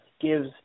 gives